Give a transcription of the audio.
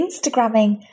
Instagramming